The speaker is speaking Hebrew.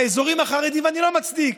באזורים החרדיים, ואני לא מצדיק,